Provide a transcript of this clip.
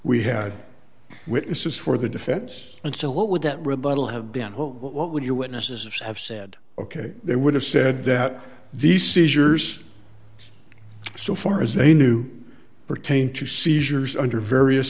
we had witnesses for the defense and so what would that rebuttal have been what would your witnesses have said ok they would have said that these seizures so far as they knew pertain to seizures under various